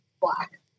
black